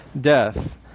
death